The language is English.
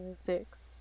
six